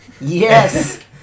Yes